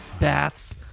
baths